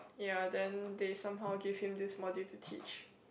ya then they somehow give him this module to teach